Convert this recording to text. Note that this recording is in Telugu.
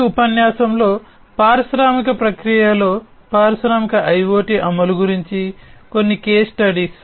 ఈ ఉపన్యాసంలో పారిశ్రామిక ప్రక్రియలలో పారిశ్రామిక ఐయోటి అమలు గురించి కొన్ని కేస్ స్టడీస్